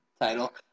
title